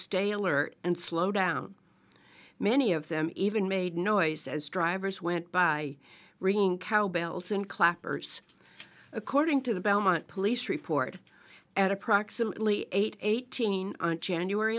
stay alert and slow down many of them even made noise as drivers went by ringing cowbells in clapper's according to the belmont police report at approximately eight eighteen on january